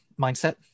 mindset